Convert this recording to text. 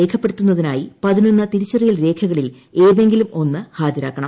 രേഖപ്പെടുത്തുന്നതിനായിട്ട് തിരിച്ചറിയൽ രേഖകളിൽ ഏതെങ്കിലും ഒന്ന് ഹാജരാക്കണം